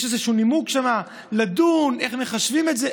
יש איזשהו נימוק שם: לדון, איך מחשבים את זה.